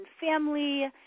family